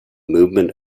movement